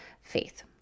faith